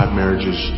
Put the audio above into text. marriages